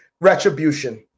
retribution